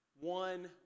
One